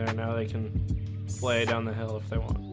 um ah they can play down the hill if they want